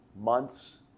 months